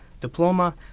diploma